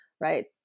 right